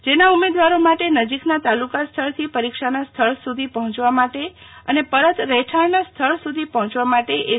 જેના ઉમેદવારો માટે નજીકના તાલુકા સ્થળથી પરીક્ષાના સ્થળ સુધી પહોંચવા માટે અને પરત રહેઠાણના સ્થળ સુધી પહોંચવા માટે એસ